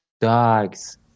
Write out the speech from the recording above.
dogs